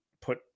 put